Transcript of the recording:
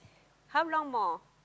how long more